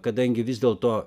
kadangi vis dėl to